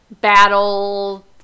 battle